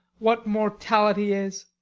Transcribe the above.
what mortality is!